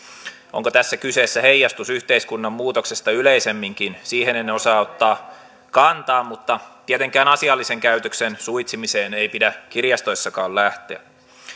onko tässä kyseessä heijastus yhteiskunnan muutoksesta yleisemminkin siihen en osaa ottaa kantaa mutta tietenkään asiallisen käytöksen suitsimiseen ei pidä kirjastoissakaan lähteä